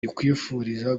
nkwifurije